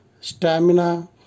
stamina